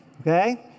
Okay